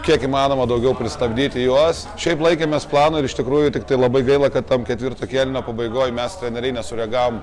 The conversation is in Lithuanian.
kiek įmanoma daugiau pristabdyti juos šiaip laikėmės plano ir iš tikrųjų tiktai labai gaila kad tam ketvirto kėlinio pabaigoj mes treneriai nesureagavom